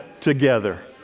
together